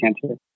cancer